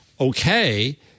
Okay